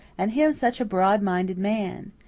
and him such a broad-minded man!